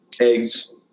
eggs